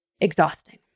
exhausting